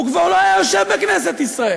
הוא כבר לא היה יושב בכנסת ישראל.